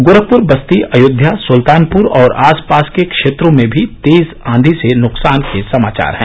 गोरखपुर बस्ती अयोध्या सुल्तानपुर और आसपास के क्षेत्रों में भी तेज आंधी से नुकसान के समाचार हैं